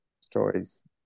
stories